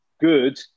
good